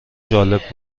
جالب